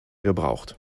gebraucht